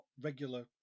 regular